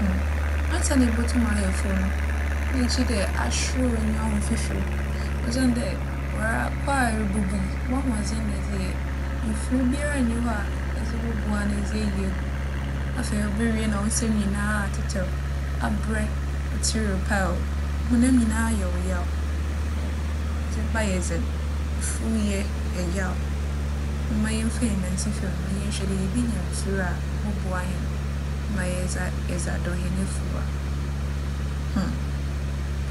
Hmm, ansaana ibotum ayɛ efuw no, nna gyedɛ ahwerew w'enyiwa ho mfifir. Osiandɛ woara, kwaa irubobu yi, w'ahoͻdzen na edze yɛ. Mfir biara nnyi hͻ a edze bͻboa na edze eyi egu. Afei, ibowie na wo nsamu nyina atsetsɛ, aberɛ, wo tsir repaa wo, wo honam nyina yɛ wo yaw. Oh, ndzɛmba yɛ dzen. Efuwyɛ yɛ yaw. Hom mma yɛmfa hɛn nan nsi famu na yɛnhwɛ dɛ yebenya mfir a ͻbͻboa hɛn ma yɛdze - yɛdze adͻw hɛn efuw a, hmm.